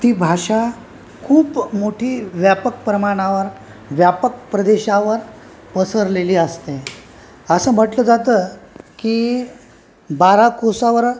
ती भाषा खूप मोठी व्यापक प्रमाणावर व्यापक प्रदेशावर पसरलेली असते असं म्हटलं जातं की बारा कोसावर